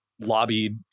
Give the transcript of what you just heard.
lobbied